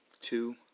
two